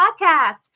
podcast